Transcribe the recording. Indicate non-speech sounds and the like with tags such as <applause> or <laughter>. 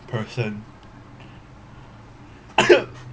person <coughs>